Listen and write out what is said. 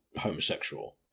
homosexual